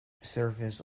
surface